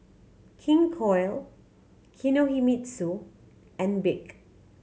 King Koil Kinohimitsu and BIC